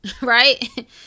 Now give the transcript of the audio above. Right